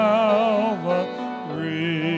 Calvary